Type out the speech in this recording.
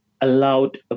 allowed